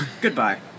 Goodbye